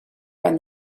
from